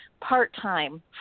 part-time